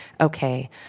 okay